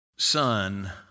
son